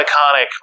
iconic